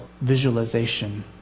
visualization